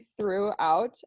throughout